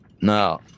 Now